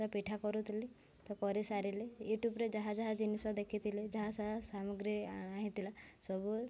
ତା ପିଠା କରୁଥିଲି ତ କରିସାରିଲି ୟୁଟ୍ୟୁବରେ ଯାହା ଯାହା ଜିନିଷ ଦେଖିଥିଲି ଯାହା ଯାହା ସାମଗ୍ରୀ ଅଣା ହେଇଥିଲା ସବୁ